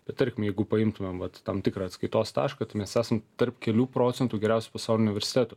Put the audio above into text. bet tarkim jeigu paimtumėm vat tam tikrą atskaitos tašką tai mes esam tarp kelių procentų geriausių pasaulio universitetų